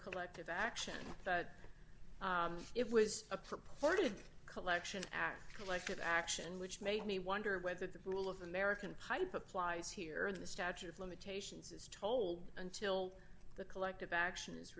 collective action that it was a purported collection act like an action which made me wonder whether the rule of american hype applies here the statute of limitations is told until the collective action